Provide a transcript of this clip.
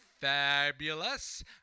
fabulous